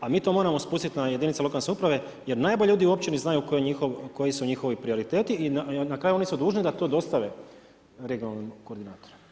A mi to moramo spustiti na jedinice lokalne samouprave jer najbolje ljudi u općini znaju koji su njihovi prioriteti i na kraju oni su dužni da to dostave regionalnim koordinatorima.